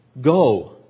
go